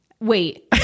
Wait